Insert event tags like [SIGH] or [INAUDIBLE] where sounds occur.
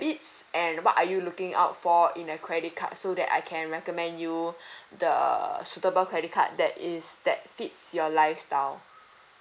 habits and what are you looking out for in a credit card so that I can recommend you [BREATH] the suitable credit card that is that fits your lifestyle